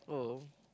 oh